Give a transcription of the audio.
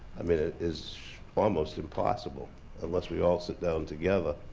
i mean, it is almost impossible unless we all sit down together.